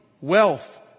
wealth